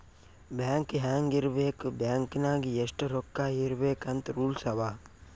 bank ಹ್ಯಾಂಗ್ ಇರ್ಬೇಕ್ bank ನಾಗ್ ಎಷ್ಟ ರೊಕ್ಕಾ ಇರ್ಬೇಕ್ ಅಂತ್ ರೂಲ್ಸ್ ಅವಾ